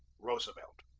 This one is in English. roosevelt.